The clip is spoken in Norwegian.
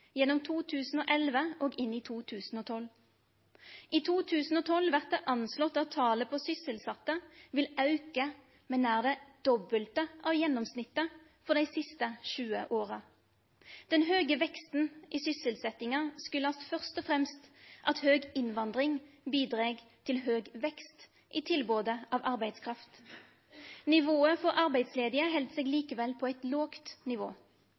gjennom 2011 og inn i 2012. I 2012 vert det anslått at talet på sysselsette vil auke med nær det dobbelte av gjennomsnittet for dei siste 20 åra. Den høge veksten i sysselsetjinga skuldast først og fremst at høg innvandring bidreg til høg vekst i tilbodet av arbeidskraft. Nivået for arbeidsledige held seg likevel på eit lågt nivå.